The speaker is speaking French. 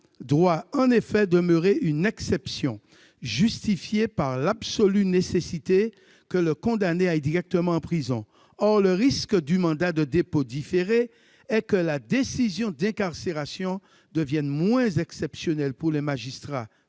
doit en effet demeurer une exception, justifiée par l'absolue nécessité que le condamné aille directement en prison. Or le risque du mandat de dépôt différé est que la décision d'incarcération devienne moins exceptionnelle pour les magistrats